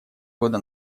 года